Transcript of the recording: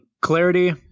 clarity